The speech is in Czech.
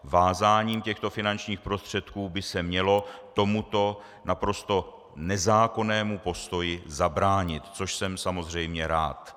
Vázáním těchto finančních prostředků by se mělo tomuto naprosto nezákonnému postoji zabránit, což jsem samozřejmě rád.